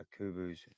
Akubu's